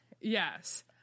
Yes